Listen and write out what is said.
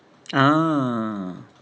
ah